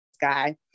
guy